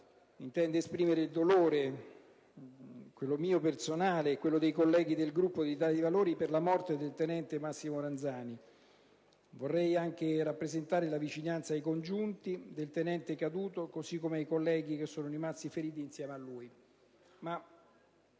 intendo esprimere il dolore, mio personale e dei colleghi del Gruppo dell'Italia dei Valori, per la morte del tenente Massimo Ranzani. Vorrei anche rappresentare la vicinanza ai congiunti del tenente caduto, così come ai suoi colleghi che sono rimasti feriti insieme a lui.